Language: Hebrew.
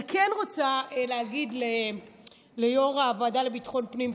אני כן רוצה להגיד ליו"ר ועדת ביטחון פנים,